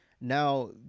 now